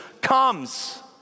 comes